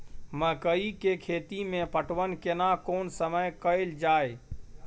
मकई के खेती मे पटवन केना कोन समय कैल जाय?